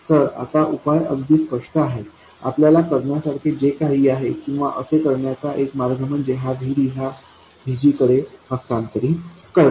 तर आता उपाय अगदी स्पष्ट आहे आपल्याला करण्यासारखे जे काही आहे किंवा असे करण्याचा एक मार्ग म्हणजे हा VD या VG कडे हस्तांतरित करणे